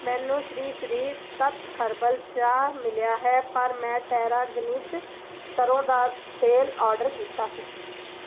ਮੈਨੂੰ ਸ਼੍ਰੀ ਸ਼੍ਰੀ ਤੱਤ ਹਰਬਲ ਚਾਹ ਮਿਲਿਆ ਹੈ ਪਰ ਮੈਂ ਟੈਰਾ ਗ੍ਰੀਨਜ਼ ਸਰ੍ਹੋਂ ਦਾ ਤੇਲ ਆਰਡਰ ਕੀਤਾ ਸੀ